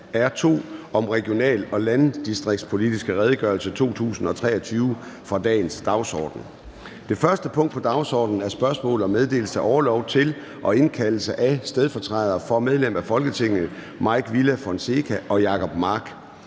R 2 om regional- og landdistriktspolitisk redegørelse 2023, fra dagens dagsorden. --- Det første punkt på dagsordenen er: 1) Spørgsmål om meddelelse af orlov til og indkaldelse af stedfortrædere for medlem af Folketinget Mike Villa Fonseca (UFG) og